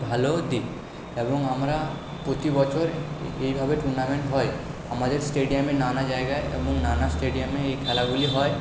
ভালো দিক এবং আমরা প্রতিবছর এইভাবে টুর্নামেন্ট হয় আমাদের স্টেডিয়ামে নানা জায়গায় এবং নানা স্টেডিয়ামে এই খেলাগুলি হয়